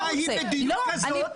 התמונה בדיוק כזאת.